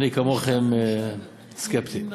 אני, כמוכם, סקפטי.